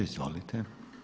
Izvolite.